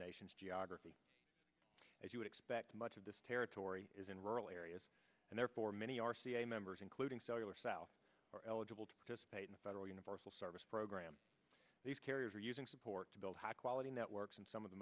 nation's geography as you would expect much of this territory is in rural areas and therefore many r c a members including cellular cell are eligible to participate in a federal universal service program these carriers are using support to build high quality networks and some of the